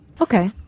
Okay